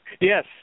Yes